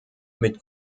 mit